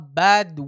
bad